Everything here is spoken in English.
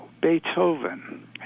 Beethoven